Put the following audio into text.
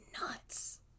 nuts